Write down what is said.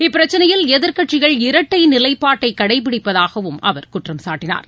இப்பிரச்னையில் எதிர்க்கட்சிகள் இரட்டை நிலைப்பாட்டை கடைப்பிடிப்பதாகவும் அவர் குற்றம் சாட்டனார்